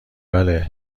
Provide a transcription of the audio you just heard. بله